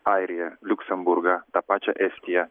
airiją liuksemburgą tą pačią estiją